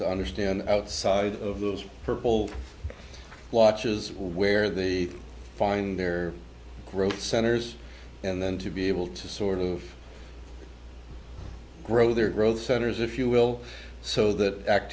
to understand outside of those purple blotches where they find their growth centers and then to be able to sort of grow their growth centers if you will so that act